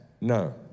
no